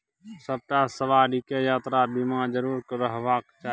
सभटा सवारीकेँ यात्रा बीमा जरुर रहबाक चाही